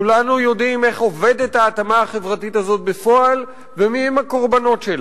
כולנו יודעים איך עובדת ההתאמה החברתית הזאת בפועל ומיהם הקורבנות שלה,